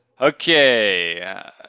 Okay